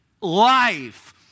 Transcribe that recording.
life